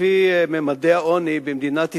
לפי ממדי העוני במדינת ישראל,